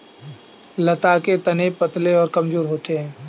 लता के तने पतले और कमजोर होते हैं